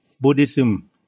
Buddhism